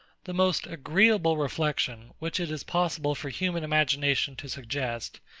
the most agreeable reflection, which it is possible for human imagination to suggest,